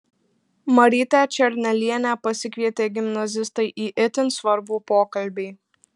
marytę černelienę pasikvietė gimnazistai į itin svarbų pokalbį